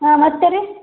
ಹಾಂ ಮತ್ತು ರೀ